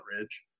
Ridge